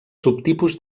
subtipus